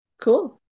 Cool